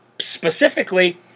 specifically